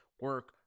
Work